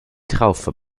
traufe